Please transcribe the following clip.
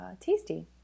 tasty